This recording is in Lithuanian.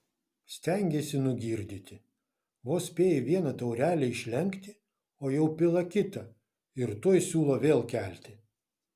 stengėsi nugirdyti vos spėji vieną taurelę išlenkti o jau pila kitą ir tuoj siūlo vėl kelti